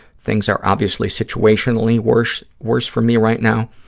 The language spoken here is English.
things are obviously situationally worse worse for me right now,